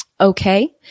Okay